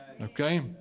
Okay